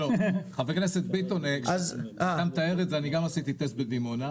אני גם עשיתי טסט בדימונה,